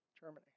Germany